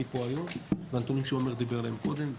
פה היום והנתונים שעמר דיבר עליהם קודם,